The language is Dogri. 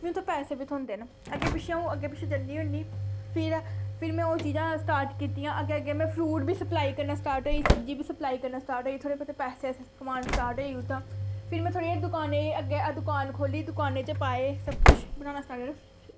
मिगी उ'त्थें पैसे बी थ्होंदे न अग्गें पिच्छें ओह् अग्गें पिच्छें जन्नी होनी फिर फिर में ओह् चीजां स्टार्ट कीतियां अग्गें अग्गें में फ्रूट बी सप्लाई करना स्टार्ट होई सब्जी बी सप्लाई करना स्टार्ट होई थोह्ड़े बहोते पैसे कमान स्टार्ट होई उ'त्थां फ्ही में थोह्ड़ी जेही दुकान अग्गें दुकान खोल्ली दुकानें च पाए सब कुछ बनाना स्टार्ट करी